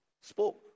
spoke